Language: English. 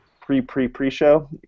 pre-pre-pre-show